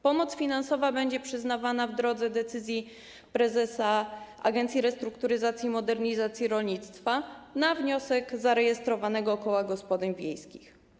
Pomoc finansowa będzie przyznawana w drodze decyzji prezesa Agencji Restrukturyzacji i Modernizacji Rolnictwa na wniosek zarejestrowanego koła gospodyń wiejskich.